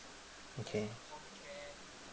okay